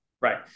Right